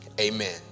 Amen